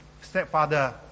stepfather